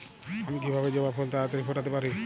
আমি কিভাবে জবা ফুল তাড়াতাড়ি ফোটাতে পারি?